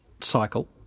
cycle